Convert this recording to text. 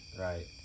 right